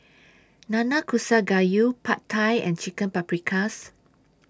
Nanakusa Gayu Pad Thai and Chicken Paprikas